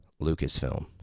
Lucasfilm